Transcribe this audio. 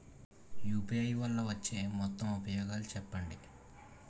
UPI వల్ల వచ్చే మొత్తం ఉపయోగాలు చెప్పండి?